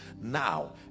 now